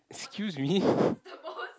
excuse me